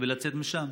ונצא משם.